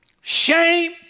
shame